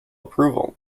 approval